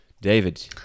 David